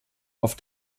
auf